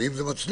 אם זה מצליח,